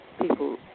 people